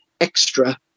extra